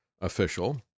official